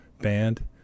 band